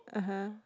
(uh huh)